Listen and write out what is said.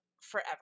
forever